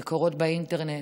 מקורות באינטרנט